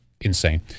insane